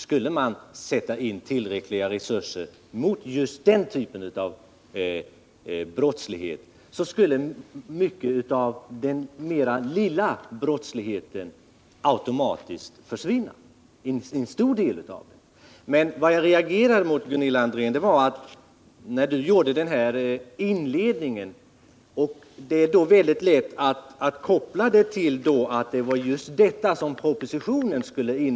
Skulle man sätta in tillräckliga resurser mot just den typen av brottslighet, så skulle en stor del av småbrottsligheten automatiskt försvinna. Men vad jag reagerade mot var Gunilla Andrés inledning. Det var svårt att inte koppla den så, att det var just åtgärder mot den grova ekonomiska brottsligheten som propositionen skulle innehålla. Men det är inte det som propositionen handlar om.